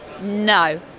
No